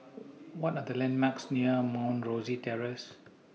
What Are The landmarks near Mount Rosie Terrace